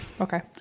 Okay